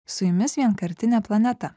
su jumis vienkartinė planeta